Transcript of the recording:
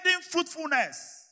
fruitfulness